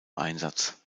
einsatz